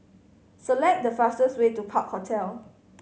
select the fastest way to Park Hotel